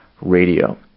Radio